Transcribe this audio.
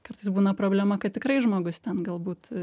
kartais būna problema kad tikrai žmogus ten galbūt